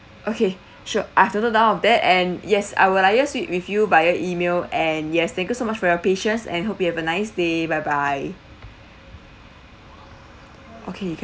okay sure I've noted down of that and yes I will liaise with with you via email and yes thank you so much for your patience and hope you have a nice day bye bye okay you can